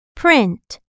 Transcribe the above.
print